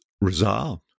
resolved